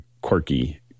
quirky